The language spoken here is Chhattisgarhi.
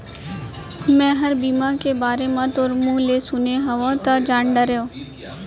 मैंहर बीमा के बारे म तोर मुँह ले सुने हँव तव जान डारेंव